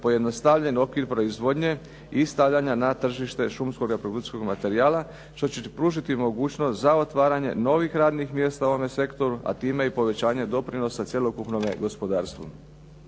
pojednostavljen okvir proizvodnje i stavljanja na tržište šumskog reprodukcijskog materijala, što će pružiti mogućnost za otvaranje novih radnih mjesta u ovome sektoru, a time i povećanje doprinosa cjelokupnome gospodarstvu.